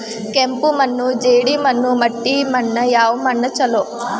ಕೆಂಪು ಮಣ್ಣು, ಜೇಡಿ ಮಣ್ಣು, ಮಟ್ಟಿ ಮಣ್ಣ ಯಾವ ಮಣ್ಣ ಛಲೋ?